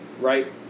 Right